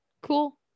cool